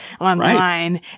online